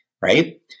Right